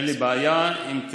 אין לי בעיה, אם תרצה.